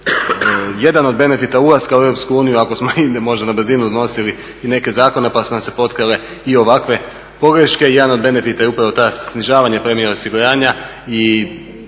Jedan od benefita ulaska u EU ako smo možda na brzinu donosili i neke zakone pa su nam se potkrale i ovakve pogreške, jedan od benefita je upravo to snižavanje premija osiguranja i